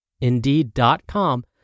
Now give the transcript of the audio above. Indeed.com